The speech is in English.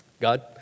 God